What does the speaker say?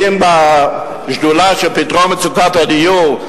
כי אם בשדולה לפתרון מצוקת הדיור,